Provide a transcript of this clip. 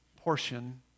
portion